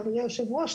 חברי היו"ר,